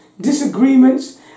disagreements